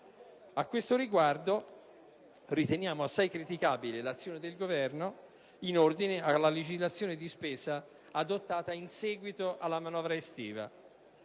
A tal riguardo, riteniamo assai criticabile l'azione del Governo in ordine alla legislazione di spesa adottata in seguito alla manovra estiva,